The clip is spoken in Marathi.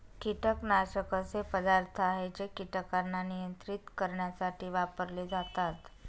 कीटकनाशक असे पदार्थ आहे जे कीटकांना नियंत्रित करण्यासाठी वापरले जातात